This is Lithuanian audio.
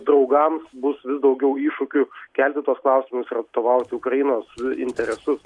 draugams bus vis daugiau iššūkių kelti tuos klausimus ir atstovauti ukrainos interesus